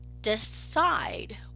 Decide